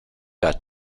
got